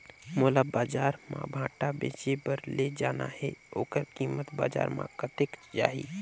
मोला बजार मां भांटा बेचे बार ले जाना हे ओकर कीमत बजार मां कतेक जाही?